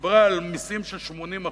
דיברה על מסים של 80%